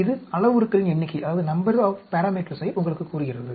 இது அளவுருக்களின் எண்ணிக்கையை உங்களுக்குக் கூறுகிறது